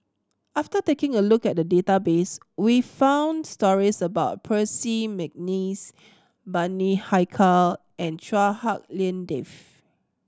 after taking a look at the database we found stories about Percy McNeice Bani Haykal and Chua Hak Lien Dave